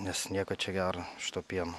nes nieko čia gero iš to pieno